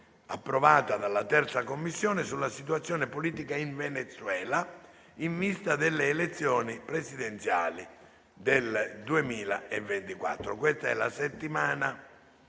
approvata dalla 3ª Commissione sulla situazione politica in Venezuela, in vista delle elezioni presidenziali del 2024. Nella settimana